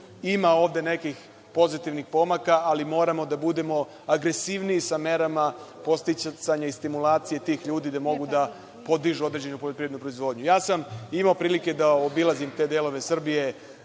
ima ovde nekih pozitivnih pomaka, ali moramo da bude agresivniji sa merama podsticana i stimulacije tih ljudi da mogu da podižu određenu poljoprivednu proizvodnju. Ja sam imao prilike da obilazim te delove Srbije